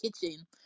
kitchen